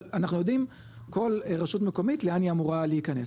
אבל אנחנו יודעים כל רשות מקומית לאן היא אמורה להיכנס,